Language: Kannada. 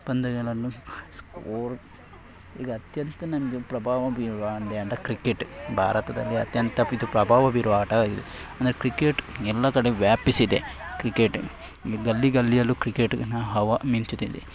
ಪಂದ್ಯಗಳನ್ನು ಈಗ ಅತ್ಯಂತ ನಮಗೆ ಪ್ರಭಾವ ಬೀರುವ ಕ್ರಿಕೆಟ್ ಭಾರತದಲ್ಲಿ ಅತ್ಯಂತ ಇದು ಪ್ರಭಾವ ಬೀರುವ ಆಟ ಇದು ಅಂದರೆ ಕ್ರಿಕೆಟ್ ಎಲ್ಲ ಕಡೆ ವ್ಯಾಪಿಸಿದೆ ಕ್ರಿಕೆಟ್ ಗಲ್ಲಿ ಗಲ್ಲಿಯಲ್ಲೂ ಕ್ರಿಕೆಟ್ನ ಹವಾ ಮಿಂಚುತ್ತಿದೆ